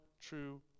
true